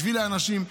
בשביל אנשים,